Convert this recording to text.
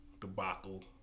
debacle